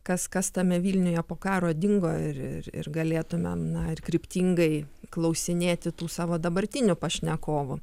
kas kas tame vilniuje po karo dingo ir ir ir galėtume na ir kryptingai klausinėti tų savo dabartinių pašnekovų